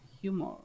humor